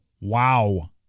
Wow